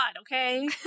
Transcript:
okay